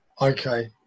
Okay